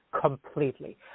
completely